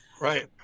Right